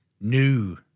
new